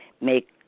make